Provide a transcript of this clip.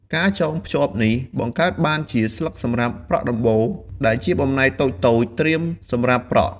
ការចងភ្ជាប់នេះបង្កើតបានជា ស្លឹកសម្រាប់ប្រក់ដំបូល ដែលជាបំណែកតូចៗត្រៀមសម្រាប់ប្រក់។